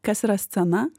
kas yra scena